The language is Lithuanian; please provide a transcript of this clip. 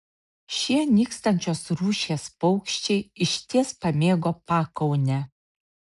šie nykstančios rūšies paukščiai išties pamėgo pakaunę